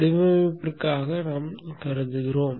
வடிவமைப்பிற்காக என நாம் கருதுவோம்